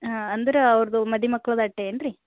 ಹಾಂ ಅಂದ್ರೆ ಅವ್ರದ್ದು ಮದು ಮಕ್ಳದ್ದು ಅಷ್ಟೇನ್ ರೀ